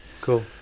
Cool